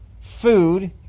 food